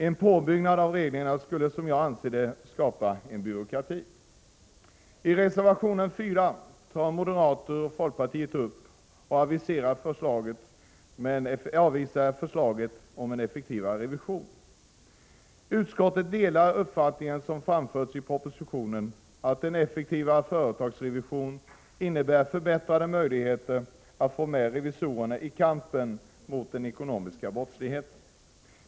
En påbyggnad av reglerna skulle, som jag ser det, skapa byråkrati. I reservation 4 avvisar moderater och folkpartister förslaget om en effektivare revision. Utskottet delar den uppfattning som framförts i propositionen, att en effektivare företagsrevision innebär förbättrade möjligheter att få med revisorerna i kampen mot den ekonomiska brottsligheten.